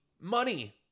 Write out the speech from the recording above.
money